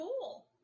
cool